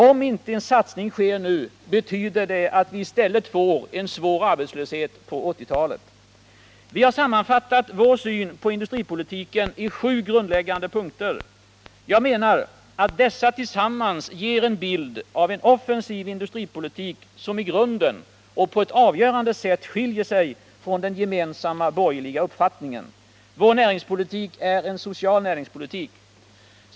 Om inte en satsning sker nu, betyder det att vi i stället får en svår arbetslöshet på 1980-talet. Vi har sammanfattat vår syn på industripolitiken i sju grundläggande punkter. Jag menar att dessa tillsammans ger en bild av en offensiv industripolitik, som i grunden — och på ett avgörande sätt — skiljer sig från den gemensamma borgerliga uppfattningen. Vår näringspolitik är en social näringspolitik.